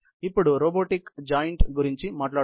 ఇప్పుడు robotic joint గురించి మాట్లాడుకుందాం